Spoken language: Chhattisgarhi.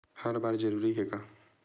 हर बार जरूरी हे का?